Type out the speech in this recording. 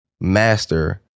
master